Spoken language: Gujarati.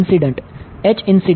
H incident